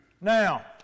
Now